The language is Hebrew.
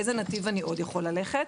איזה נתיב אני עוד יכול ללכת,